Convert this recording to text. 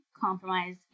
compromise